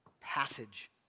passage